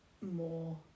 more